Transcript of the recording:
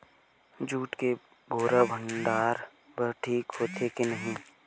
Jute के बोरा भंडारण बर ठीक होथे के नहीं?